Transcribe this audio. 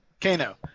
Kano